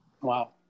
Wow